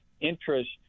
interest